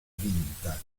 vinta